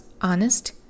honest